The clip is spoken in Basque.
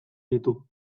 ditu